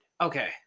Okay